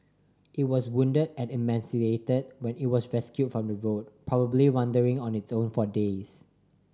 it was wounded and emaciated when it was rescued from the road probably wandering on its own for days